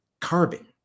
carbon